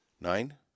Nine